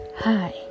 Hi